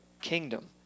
kingdom